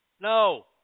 no